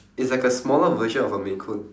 it's like a smaller version of a maine-coon